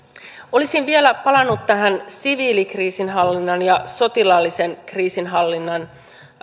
olisin vielä palannut tähän siviilikriisinhallinnan ja sotilaallisen kriisinhallinnan